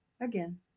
again